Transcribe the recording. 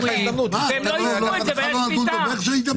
והם לא יישמו את זה והייתה שביתה.